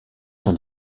son